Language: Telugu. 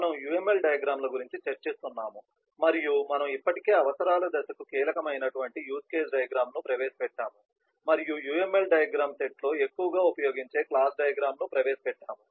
మనము UML డయాగ్రమ్ ల గురించి చర్చిస్తున్నాము మరియు మనము ఇప్పటికే అవసరాల దశకు కీలకం అయినటువంటి యూజ్ కేస్ డయాగ్రమ్ ను ప్రవేశపెట్టాము మరియు UML డయాగ్రమ్ సెట్లో ఎక్కువగా ఉపయోగించే క్లాస్ డయాగ్రమ్ ను ప్రవేశపెట్టాము